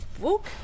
book